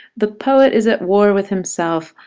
the poet is at war with himself,